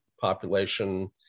population